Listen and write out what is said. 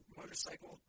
motorcycle